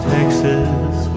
Texas